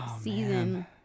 season